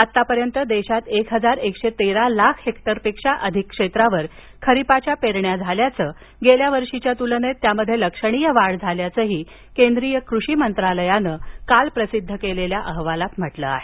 आत्तापर्यंत देशात एक हजार एकशे तेरा लाख हेक्टरपेक्षा अधिक क्षेत्रावर खरिपाच्या पेरण्या झाल्या असन गेल्या वर्षीच्या तुलनेत त्यामध्ये लक्षणीय वाढ झाल्याच केंद्रीय कृषी मंत्रालयानं काल प्रसिद्ध केलेल्या अहवालात म्हटल आहे